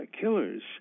killers